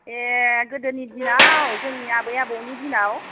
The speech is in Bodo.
ए गोदोनि दिनाव जोंनि आबै आबौनि दिनाव